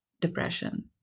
depression